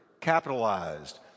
capitalized